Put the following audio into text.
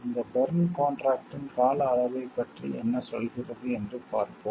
இந்த பெர்ன் கான்ட்ராக்ட்டின் கால அளவைப் பற்றி என்ன சொல்கிறது என்று பார்ப்போம்